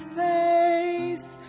face